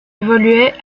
évolué